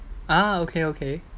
ah okay okay